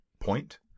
point